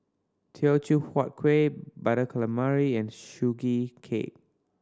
Teochew Huat Kueh Butter Calamari and Sugee Cake